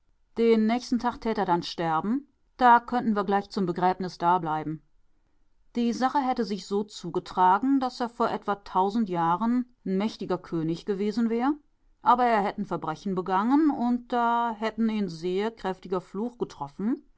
den nächsten tag tät er dann sterben da könnten wir gleich zum begräbnis dableiben die sache hätte sich so zugetragen daß er vor etwa tausend jahren n mächtiger könig gewesen wär aber er hätt n verbrechen begangen und da hätt n een sehr kräftiger fluch getroffen